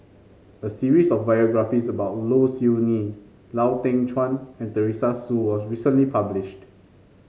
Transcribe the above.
a series of biographies about Low Siew Nghee Lau Teng Chuan and Teresa Hsu was recently published